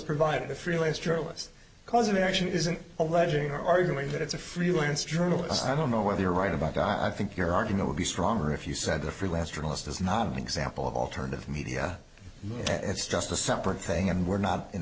a freelance journalist cause of action isn't alleging arguing that it's a freelance journalist i don't know whether you're right about i think your argument would be stronger if you said a freelance journalist is not an example of alternative media and it's just a separate thing and we're not in